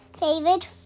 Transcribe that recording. favorite